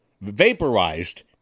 vaporized